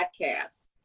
podcasts